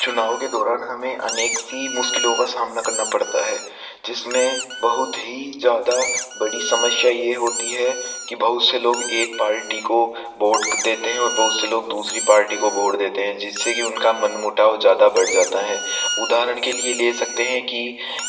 चुनाव के दौरान हमे अनेक सी मुश्किलों का सामना करना पड़ता है जिसमे बहुत ही ज़्यादा बड़ी समस्या ये होती है कि बहुत से लोग एक पार्टी को वोट देते हैं और बहुत से लोग दूसरी पार्टी को वोट देते हैं जिससे कि उनका मन मोटाव ज़्यादा बढ़ जाता है उदाहरण के लिए ले सकते हैं कि